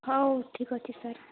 ହଉ ଠିକ୍ ଅଛି ସାର୍